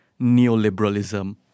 neoliberalism